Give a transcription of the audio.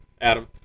Adam